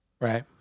Right